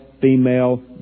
female